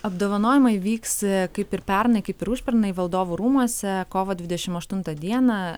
apdovanojimai vyks kaip ir pernai kaip ir užpernai valdovų rūmuose kovo dvidešim aštuntą dieną